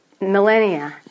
millennia